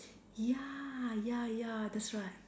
ya ya ya that's right